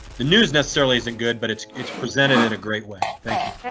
news necessarily isn't good, but it's it's presented in a great way. thank you.